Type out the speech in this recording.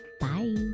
bye